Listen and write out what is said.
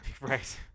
right